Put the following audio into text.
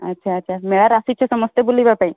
ଆଚ୍ଛା ଆଚ୍ଛା ମେଳାରେ ଆସିଛ ସମସ୍ତେ ବୁଲିବା ପାଇଁ